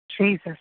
Jesus